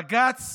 בג"ץ